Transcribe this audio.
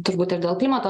turbūt ir dėl klimato